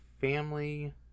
family